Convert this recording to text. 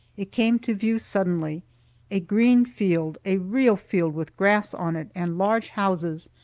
it came to view suddenly a green field, a real field with grass on it, and large houses,